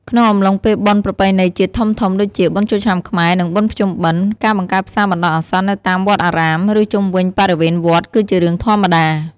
ក្នុងអំឡុងពេលបុណ្យប្រពៃណីជាតិធំៗ ដូចជា បុណ្យចូលឆ្នាំខ្មែរ និង បុណ្យភ្ជុំបិណ្ឌ ការបង្កើតផ្សារបណ្ដោះអាសន្ននៅតាមវត្តអារាម ឬជុំវិញបរិវេណវត្ត គឺជារឿងធម្មតា។